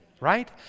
right